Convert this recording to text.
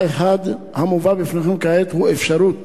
האחד, המובא בפניכם כעת, הוא אפשרות